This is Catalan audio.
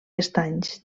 estanys